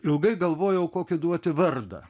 ilgai galvojau kokį duoti vardą